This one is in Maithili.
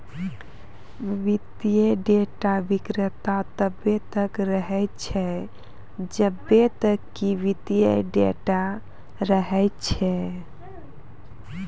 वित्तीय डेटा विक्रेता तब्बे तक रहै छै जब्बे तक कि वित्तीय डेटा रहै छै